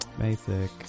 basic